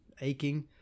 aching